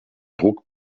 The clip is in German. druck